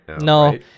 no